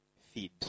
feed